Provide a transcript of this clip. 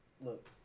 look